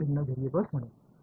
2 भिन्न व्हेरिएबल्स म्हणून